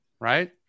Right